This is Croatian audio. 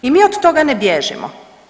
I mi od toga ne bježimo.